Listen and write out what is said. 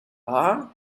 are